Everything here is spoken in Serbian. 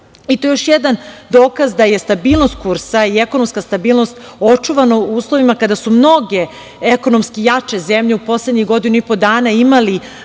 To je još jedan dokaz da su stabilnost kursa i ekonomska stabilnost očuvani u uslovima kada su mnoge ekonomski jače zemlje u poslednjih godinu i po dana imale